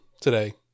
today